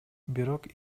бирок